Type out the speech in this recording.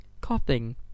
coughing